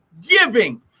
giving